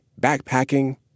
backpacking